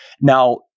Now